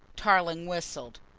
tarling whistled.